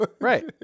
Right